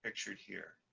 pictured here.